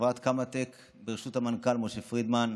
חברת קמא-טק בראשות המנכ"ל משה פרידמן,